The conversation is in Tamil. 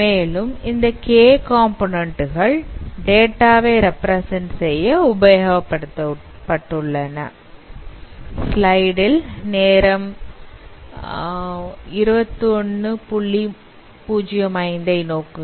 மேலும் அந்த k காம்போநன்ண்ட்கள் டேட்டாவை ரெப்பிரசன்ட் செய்ய உபயோகப் படுத்தப்பட்டுள்ளன